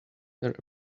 their